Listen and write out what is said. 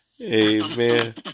Amen